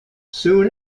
soon